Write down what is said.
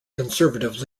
conservative